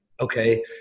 okay